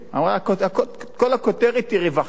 אמרה: כל הכותרת היא רווחה.